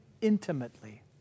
intimately